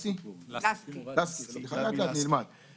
אתם פוגעים באופן הקשה ביותר בעקרונות הדמוקרטיים.